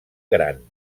gran